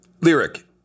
Lyric